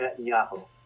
Netanyahu